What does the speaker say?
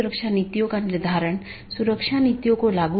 आज हम BGP पर चर्चा करेंगे